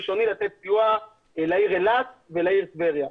ראשוני לתת סיוע לעיר אילת ולעיר טבריה.